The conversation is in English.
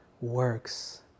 works